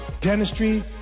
Dentistry